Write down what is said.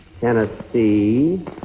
Tennessee